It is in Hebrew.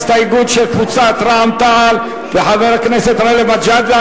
הסתייגות של קבוצת רע"ם-תע"ל וחבר הכנסת גאלב מג'אדלה.